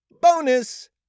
Bonus